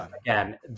again